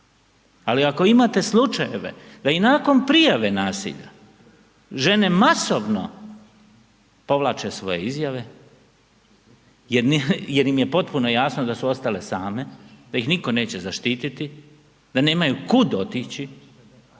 Ali ako imate slučajeve da i nakon prijave nasilja žene masovno povlače svoje izjave jer im je potpuno jasno da su ostale same, da ih nitko neće zaštiti da nemaju kud otići